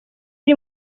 iri